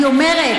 אני אומרת: